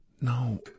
No